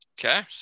Okay